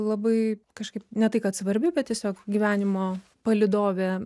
labai kažkaip ne tai kad svarbi bet tiesiog gyvenimo palydovė